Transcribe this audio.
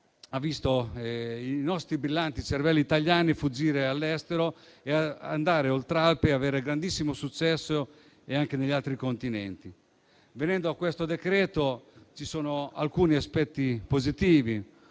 ha visto i nostri brillanti cervelli italiani fuggire all'estero, andare Oltralpe, e riscuotere grandissimo successo anche negli altri continenti. Venendo a questo provvedimento, tra gli aspetti positivi